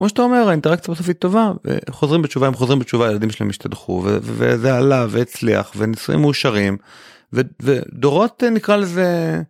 כמו שאתה אומר, האינטרקציה טובה .חוזרים בתשובה עם חוזרים בתשובה ילדים שלהם השתדכו וזה עלה והצליח ונישואים מאושרים ודורות נקרא לזה.